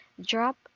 drop